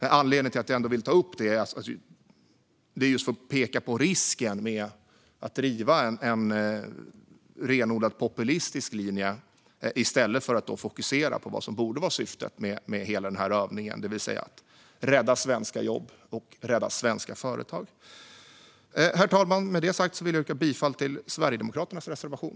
Anledningen till att jag ändå vill ta upp det är att jag vill peka på risken med att driva en renodlat populistisk linje i stället för att fokusera på vad som borde vara syftet med hela denna övning: att rädda svenska jobb och svenska företag. Herr talman! Med det sagt vill jag yrka bifall till Sverigedemokraternas reservation.